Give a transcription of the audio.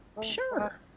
Sure